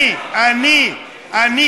הקשבתי, לא שכנעת אותי.